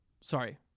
sorry